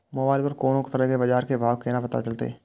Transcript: Mobile पर कोनो तरह के बाजार के भाव केना पता चलते?